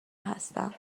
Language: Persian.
هستم